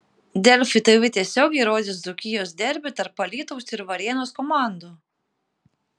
delfi tv tiesiogiai rodys dzūkijos derbį tarp alytaus ir varėnos komandų